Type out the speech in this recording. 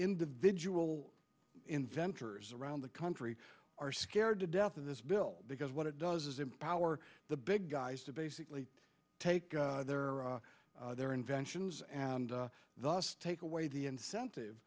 individual inventors around the country are scared to death of this bill because what it does is empower the big guys to basically take their their inventions and thus take away the incentive